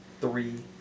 three